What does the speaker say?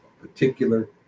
particular